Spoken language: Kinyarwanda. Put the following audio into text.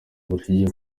rushingiye